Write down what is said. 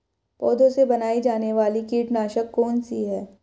पौधों से बनाई जाने वाली कीटनाशक कौन सी है?